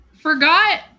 forgot